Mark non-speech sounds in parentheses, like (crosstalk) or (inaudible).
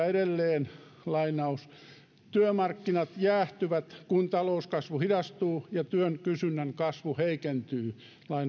(unintelligible) edelleen työmarkkinat jäähtyvät kun talouskasvu hidastuu ja työn kysynnän kasvu heikentyy